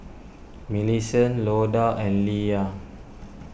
Millicent Loda and Leia